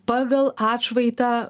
pagal atšvaitą